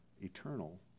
eternal